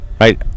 right